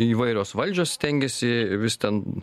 įvairios valdžios stengiasi vis ten